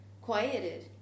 quieted